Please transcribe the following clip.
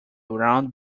round